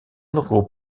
regroupe